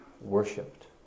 worshipped